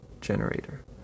generator